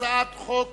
הצעת חוק